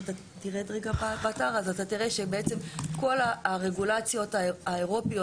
כל הרגולציות האירופיות,